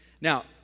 Now